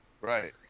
Right